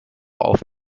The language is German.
auf